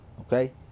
okay